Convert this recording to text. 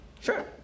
Sure